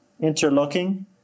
interlocking